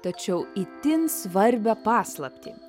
tačiau itin svarbią paslaptį